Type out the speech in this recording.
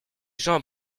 gens